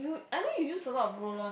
I know you use a lot of roll on